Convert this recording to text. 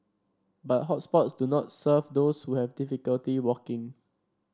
but hot spots do not serve those who have difficulty walking